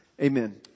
Amen